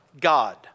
God